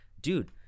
dude